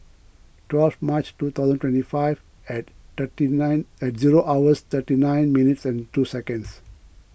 twelve March two thousand twenty five and thirty nine and zero hours thirty nine minutes and two seconds